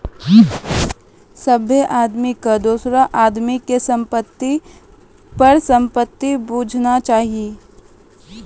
सभ्भे आदमी के दोसरो आदमी के संपत्ति के परसंपत्ति बुझना चाही